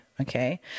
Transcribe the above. Okay